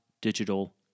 digital